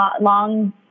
long